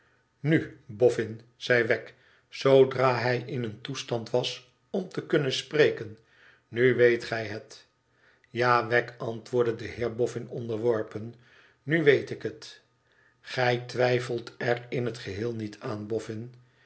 nu boffin zei wegg zoodra hij in een toestand was om te kunnen spreken nu weet gij het ja wegg antwoordde de heer boffin onderworpen nu weet ik het gij twijfelt er in het geheel niet aan